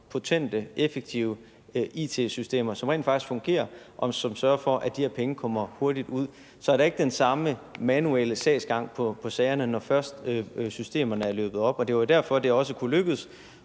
potente, effektive it-systemer, som rent faktisk fungerer, og som sørger for, at de her penge kommer hurtigt ud. Så der er ikke den samme manuelle sagsgang på sagerne, når først systemerne er løbet op, og det var derfor, det også kunne lykkes